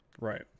Right